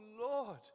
Lord